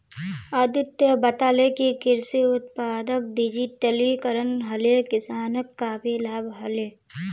अदित्य बताले कि कृषि उत्पादक डिजिटलीकरण हले किसानक काफी लाभ हले